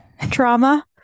trauma